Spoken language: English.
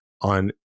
on